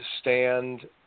stand